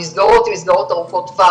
המסגרות הן מסגרות ארוכות טווח,